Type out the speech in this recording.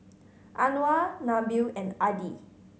Anuar Nabil and Adi